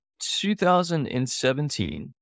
2017